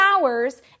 hours